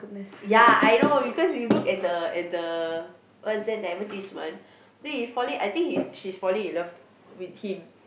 ya I know because you look at the at the what's that the advertisement then fall it I think she's falling in love with him